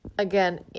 Again